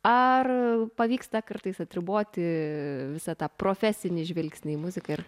ar pavyksta kartais atriboti visą tą profesinį žvilgsnį į muziką ir